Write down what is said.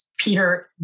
Peter